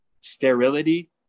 sterility